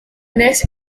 next